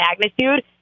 magnitude